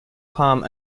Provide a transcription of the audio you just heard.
palm